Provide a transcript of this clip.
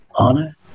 honor